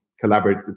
collaborate